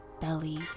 belly